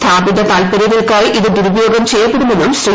സ്ഥാപിത താൽപ്പര്യങ്ങൾക്കായി ഇത് ദുരുപയോഗം ചെയ്യപ്പെടുമെന്നും ശ്രീ